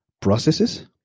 processes